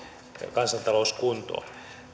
kansantalous kuntoon